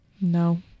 No